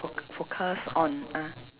foc~ focus on uh